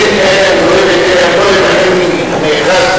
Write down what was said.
להגיד: את פסקי-הדין האלה אני אוהב ואת אלה אני לא אוהב,